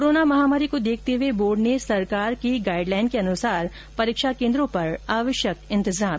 corona महामारी को देखते हुए बोर्ड ने सरकार की गाइड लाइन के अनुसार परीक्षा केन्द्रों पर इंतजाम किए हैं